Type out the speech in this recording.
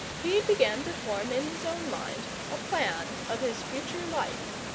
he began to form in his own mind a plan of his future life.